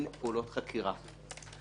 מכל מיני דברים אחרים שקרו לה בחיים?